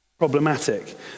problematic